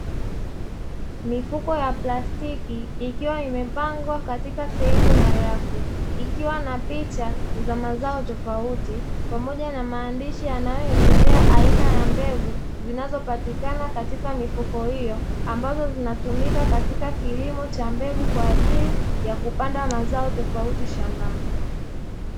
Mifuko ya plastiki, ikiwa imepangwa katika sehemu ya rafu ikiwa na picha za mazao tofauti pamoja na maandishi yanayoelezea aina ya mbegu zinazopatikana katika mifuko hiyo, ambazo zinatumika katika kilimo cha mbegu kwa ajili ya kupanda mazao tofauti shambani.